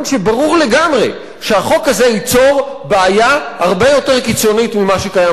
לגמרי שהחוק ייצור בעיה הרבה יותר קיצונית ממה שקיים היום.